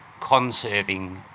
conserving